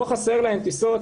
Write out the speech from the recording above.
לא חסר להן טיסות.